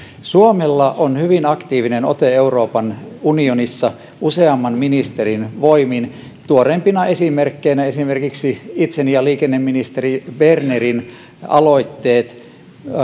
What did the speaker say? suomella on hyvin aktiivinen ote euroopan unionissa useamman ministerin voimin tuoreimpina esimerkkeinä esimerkiksi itseni ja liikenneministeri bernerin aloitteet